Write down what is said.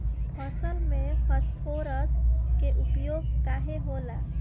फसल में फास्फोरस के उपयोग काहे होला?